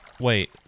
Wait